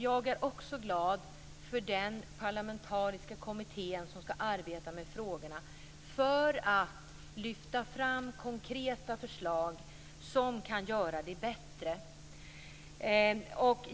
Jag är också glad för den parlamentariska kommitté som skall arbeta med frågorna för att lyfta fram konkreta förslag som kan göra det bättre.